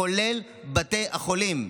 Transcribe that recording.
כולל בתי החולים.